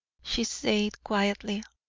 she said quietly,